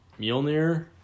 Mjolnir